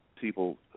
people